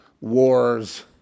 wars